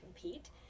compete